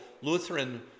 Lutheran